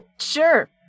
sure